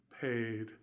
paid